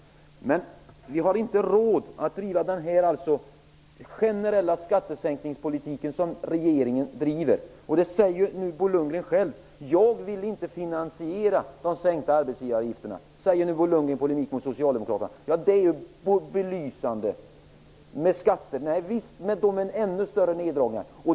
Vi har inte råd att driva den generella skattesänkningspolitik som regeringen driver. Det säger Bo Lundgren själv, i polemik mot Socialdemokraterna: Jag vill inte finansiera de sänkta arbetsgivaravgifterna. Det är belysande. Domen är då ännu större neddragningar.